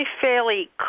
fairly